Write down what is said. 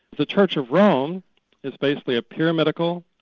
the church of rome is basically a pyramidical,